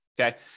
Okay